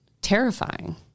terrifying